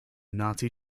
nazi